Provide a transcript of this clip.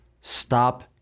stop